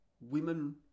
women